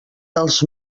dels